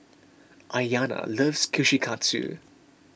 Aiyana loves Kushikatsu